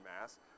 mass